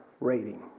rating